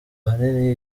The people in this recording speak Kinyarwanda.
ahanini